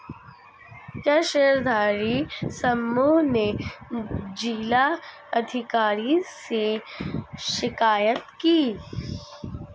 क्या शेयरधारी समूह ने जिला अधिकारी से शिकायत की?